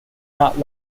not